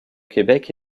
québec